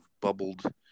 bubbled